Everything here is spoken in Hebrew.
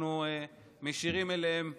אנחנו מישירים אליהם מבט.